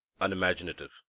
unimaginative